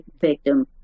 victim